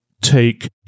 take